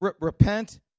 repent